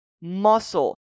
muscle